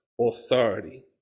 authority